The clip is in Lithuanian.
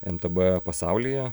mtb pasaulyje